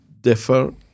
differ